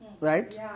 right